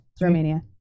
Romania